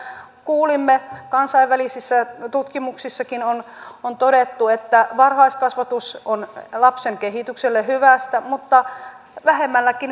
kuten täällä kuulimme kansainvälisissä tutkimuksissakin on todettu että varhaiskasvatus on lapsen kehitykselle hyväksi mutta vähemmälläkin pärjätään